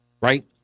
right